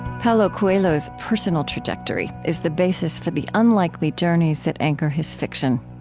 paulo coelho's personal trajectory is the basis for the unlikely journeys that anchor his fiction.